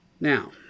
Now